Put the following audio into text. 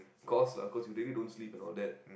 course lah cause you really don't sleep and all that